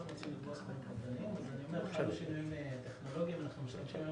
חלו שינויים טכנולוגיים ואנחנו משתמשים היום